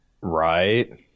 Right